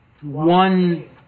one